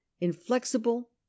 inflexible